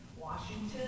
Washington